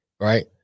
right